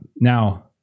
Now